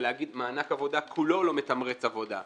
זה כאילו להגיד שמענק העבודה כולו לא מתמרץ עבודה.